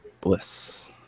bliss